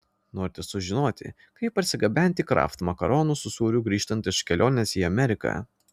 norite sužinoti kaip parsigabenti kraft makaronų su sūriu grįžtant iš kelionės į ameriką